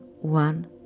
one